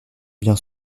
bien